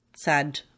sad